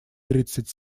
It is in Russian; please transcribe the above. тридцать